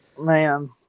man